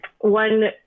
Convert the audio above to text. One